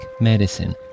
medicine